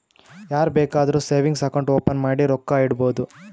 ಯಾರ್ ಬೇಕಾದ್ರೂ savings account open ಮಾಡಿ ರೊಕ್ಕಾ ಇಡ್ಬೋದು